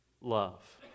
love